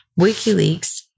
WikiLeaks